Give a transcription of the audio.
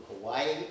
Hawaii